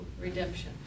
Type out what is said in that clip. Redemption